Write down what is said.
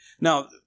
Now